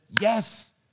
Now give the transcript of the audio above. yes